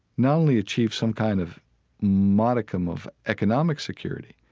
not only achieve some kind of modicum of economic security,